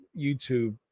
YouTube